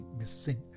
missing